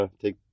take